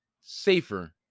safer